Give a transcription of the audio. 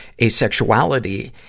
Asexuality